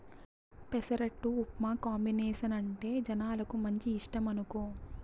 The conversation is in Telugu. పెసరట్టు ఉప్మా కాంబినేసనంటే జనాలకు మంచి ఇష్టమనుకో